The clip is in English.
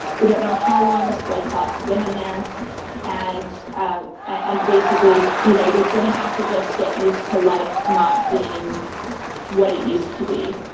we don't know how long this blood clot's been in there and ah and basically you know you're going to have to just get used to life not being what it used to be.